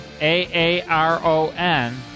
A-A-R-O-N